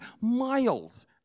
miles